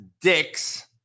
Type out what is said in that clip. dicks